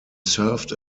served